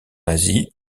asie